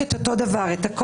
אבל שיהיה כתוב גם מועד.